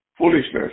Foolishness